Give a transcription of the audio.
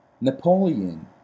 Napoleon